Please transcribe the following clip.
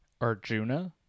Arjuna